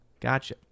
gotcha